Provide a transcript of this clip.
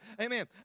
Amen